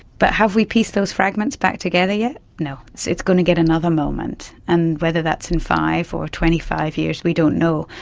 but have we pieced those fragments back together yet? no. so it's going to get another moment, and whether that's in five or twenty five years we don't know,